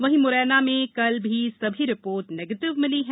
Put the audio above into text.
वहीं मुरैना में कल भी सभी रिपोर्ट निगेटिव मिली है